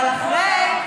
אבל אחרי,